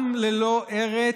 עם ללא ארץ,